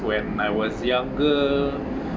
when I was younger